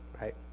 right